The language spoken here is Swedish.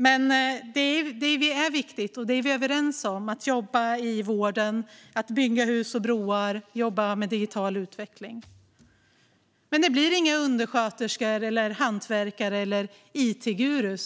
Vi är överens om att det är viktigt att jobba i vården, att bygga hus och broar eller att jobba med digital utveckling. Men det blir inga undersköterskor, hantverkare eller it-guruer